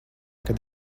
kad